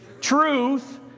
truth